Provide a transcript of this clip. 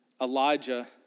Elijah